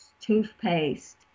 toothpaste